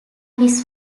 his